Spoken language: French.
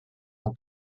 ans